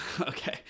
okay